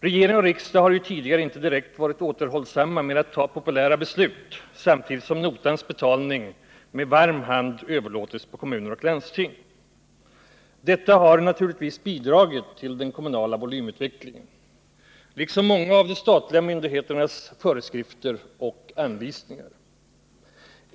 Regering och riksdag har ju tidigare inte direkt varit återhållsamma med att ta populära beslut samtidigt som notans betalning med varm hand överlåtits på kommuner och landsting. Detta, liksom många av de statliga myndigheternas föreskrifter och anvisningar, har naturligtvis bidragit till den kommunala volymutvecklingen.